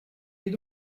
est